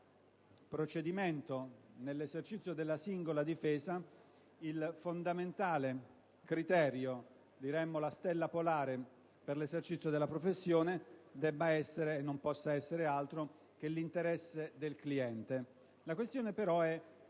procedimento, nell'esercizio della singola difesa, il fondamentale criterio, diremmo la stella polare, per l'esercizio della professione debba essere e non possa essere altro che l'interesse del cliente. La questione però è